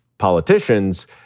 politicians